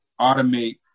automate